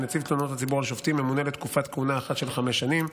נציב תלונות הציבור על שופטים ממונה לתקופת כהונה אחת של חמש שנים.